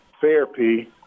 therapy